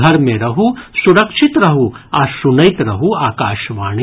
घर मे रहू सुरक्षित रहू आ सुनैत रहू आकाशवाणी